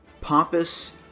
pompous